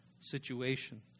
situation